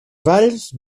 valls